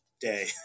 day